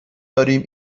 داریم